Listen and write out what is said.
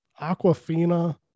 Aquafina